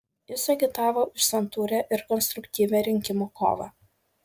jis agitavo už santūrią ir konstruktyvią rinkimų kovą